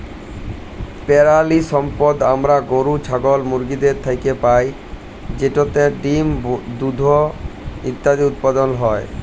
পেরালিসম্পদ আমরা গরু, ছাগল, মুরগিদের থ্যাইকে পাই যেটতে ডিম, দুহুদ ইত্যাদি উৎপাদল হ্যয়